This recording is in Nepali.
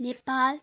नेपाल